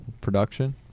production